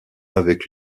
avec